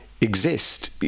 exist